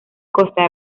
costa